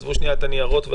עזבו שנייה את הניירות.